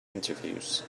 interviews